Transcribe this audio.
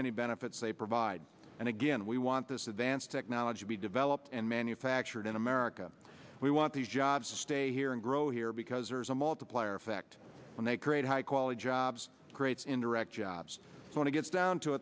many benefits they provide and again we want this advanced technology be developed and manufactured in america we want the jobs to stay here and grow here because there is a multiplier effect and they create high quality jobs creates indirect jobs when it gets down to